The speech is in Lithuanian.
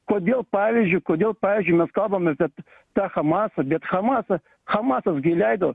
kodėl pavyzdžiui kodėl pavyzdžiui mes kalbame kad tą hamasą bet hamasa hamasas gi leido